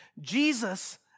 Jesus